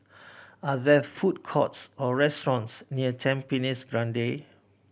are there food courts or restaurants near Tampines Grande